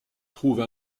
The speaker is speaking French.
trouve